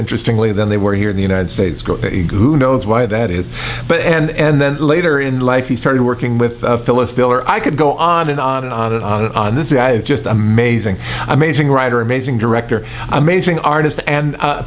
interestingly than they were here in the united states go google is why that is but and and then later in life he started working with phyllis diller i could go on and on and on and on and on this is just amazing amazing writer amazing director amazing artist and